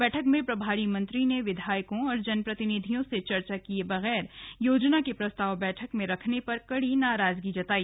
बैठक में प्रभारी मंत्री ने विधायकों और जनप्रतिनिधियों से चर्चा किये बगैर योजनाओं के प्रस्ताव बैठक में रखने पर कड़ी नाराजगी जताई